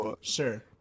Sure